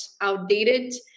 outdated